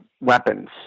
weapons